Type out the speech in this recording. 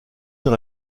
dans